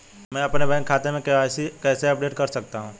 मैं अपने बैंक खाते में के.वाई.सी कैसे अपडेट कर सकता हूँ?